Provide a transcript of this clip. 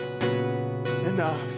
enough